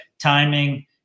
timing